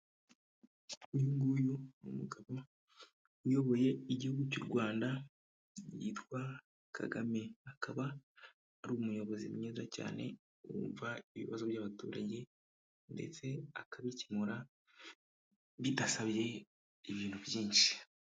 Uyu nguyu ni umugabo uyoboye Igihugu cy'u Rwanda yitwa Kagame. Akaba ari umuyobozi mwiza cyane wumva ibibazo by'abaturage, ndetse akabikemura bidasabye ibintu byinshi.